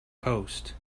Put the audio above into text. post